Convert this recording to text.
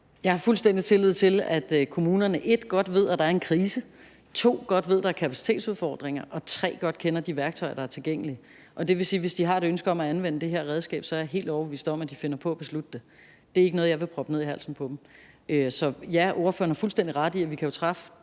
Jeg har fuldstændig tillid til, at kommunerne, punkt 1, godt ved, at der er en krise, og, punkt 2, godt ved, at der er kapacitetsudfordringer, og, punkt 3, godt kender de værktøjer, der er tilgængelige. Og det vil sige, at hvis de har et ønske om at anvende det her redskab, er jeg helt overbevist om, at de finder på at beslutte det. Det er ikke noget, jeg vil proppe ned i halsen på dem. Så ja, ordføreren har fuldstændig ret i, at vi jo kan træffe